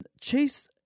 Chase